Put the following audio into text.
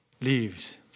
leaves